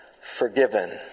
forgiven